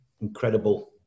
incredible